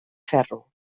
ferro